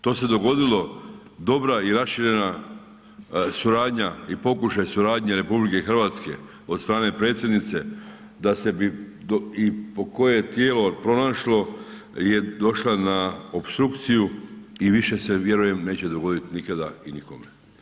To se dogodilo dobra i raširena suradnja i pokušaj suradnje RH od strane predsjednice da se bi i po koje tijelo pronašlo je došla na opstrukciju i više se vjerujem neće dogoditi nikada i nikome.